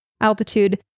altitude